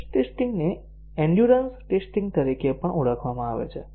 stress testing ને endurance testing તરીકે પણ ઓળખવામાં આવે છે